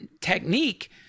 technique